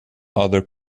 other